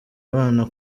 abana